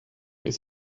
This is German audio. ist